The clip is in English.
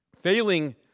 Failing